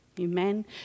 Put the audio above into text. Amen